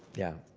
yeah.